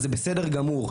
אז זה בסדר גמור.